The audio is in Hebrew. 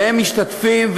והם משתתפים,